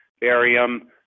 barium